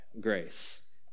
grace